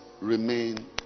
remain